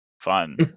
Fun